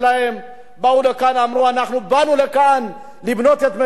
באו לכאן ואמרו: אנחנו באנו לכאן לבנות את מדינת ישראל,